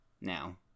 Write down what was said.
now